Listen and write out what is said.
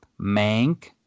Mank